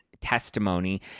testimony